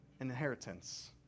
inheritance